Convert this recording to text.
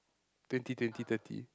twenty twenty thirty